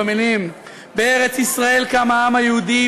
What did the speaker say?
במילים: "בארץ-ישראל קם העם היהודי,